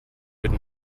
would